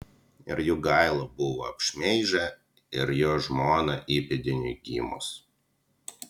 ir jogailą buvo apšmeižę ir jo žmoną įpėdiniui gimus